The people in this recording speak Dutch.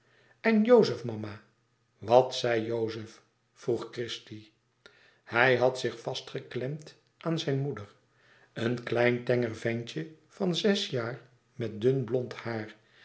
en jozef mama wat zei jozef vroeg christie hij had zich vast geklemd aan zijne moeder een klein tenger ventje van zes jaar met dun blond haar